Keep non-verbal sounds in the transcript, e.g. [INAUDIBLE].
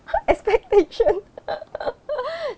[LAUGHS] expectation [LAUGHS]